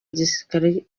gisirikare